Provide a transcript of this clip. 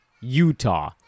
Utah